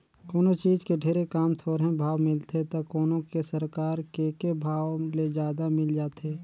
कोनों चीज के ढेरे काम, थोरहें भाव मिलथे त कोनो के सरकार के के भाव ले जादा मिल जाथे